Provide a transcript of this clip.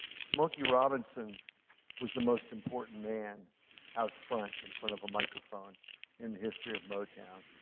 smokey robinson was the most important man out front in front of a microphone in the history of motown.